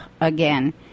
again